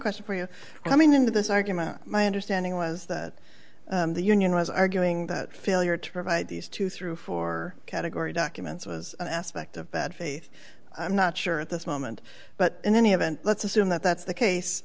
question for you coming into this argument my understanding was that the union was arguing that failure to provide these two through four category documents was an aspect of bad faith i'm not sure at this moment but in any event let's assume that that's the case